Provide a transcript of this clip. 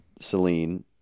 Celine